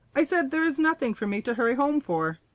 i said there was nothing for me to hurry home for.